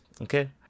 okay